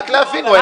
רק להבין.